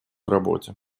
работе